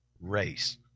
race